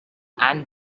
and